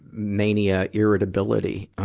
mania, irritability, ah,